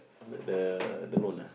the the loan ah